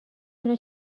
تونه